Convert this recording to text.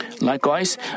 Likewise